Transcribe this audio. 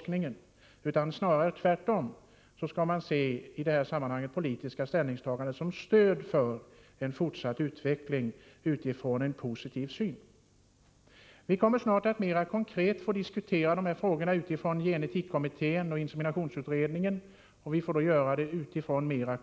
Snarare skall man tvärtom se politikernas ställningstaganden i dessa sammanhang som stöd för en fortsatt utveckling utifrån en positiv syn. Vi kommer snart att få diskutera dessa frågor mot bakgrund av genetikkommitténs och inseminationsutredningens